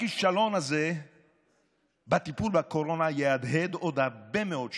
הכישלון הזה בטיפול בקורונה יהדהד עוד הרבה מאוד שנים.